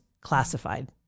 classified